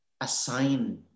assign